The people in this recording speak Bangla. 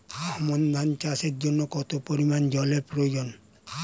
আমন ধান চাষের জন্য কত পরিমান জল এর প্রয়োজন?